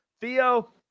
Theo